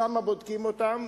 שם בודקים אותן,